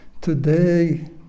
today